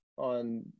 on